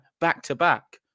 back-to-back